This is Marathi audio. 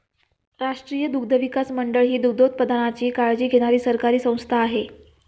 राष्ट्रीय दुग्धविकास मंडळ ही दुग्धोत्पादनाची काळजी घेणारी सरकारी संस्था आहे